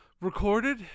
recorded